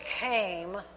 came